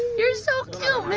you're so cute, minnie!